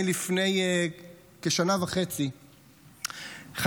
אני לפני כשנה וחצי חטפתי,